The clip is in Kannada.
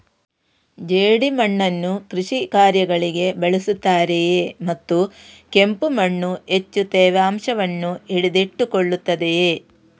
ಜೇಡಿಮಣ್ಣನ್ನು ಕೃಷಿ ಕಾರ್ಯಗಳಿಗೆ ಬಳಸುತ್ತಾರೆಯೇ ಮತ್ತು ಕೆಂಪು ಮಣ್ಣು ಹೆಚ್ಚು ತೇವಾಂಶವನ್ನು ಹಿಡಿದಿಟ್ಟುಕೊಳ್ಳುತ್ತದೆಯೇ?